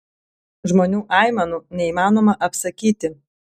žmonių aimanų neįmanoma apsakyti